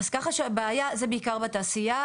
אז ככה שהבעיה היא בעיקר בתעשייה,